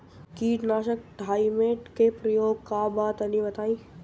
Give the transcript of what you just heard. कीटनाशक थाइमेट के प्रयोग का बा तनि बताई?